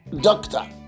Doctor